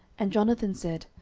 and jonathan said,